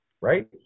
right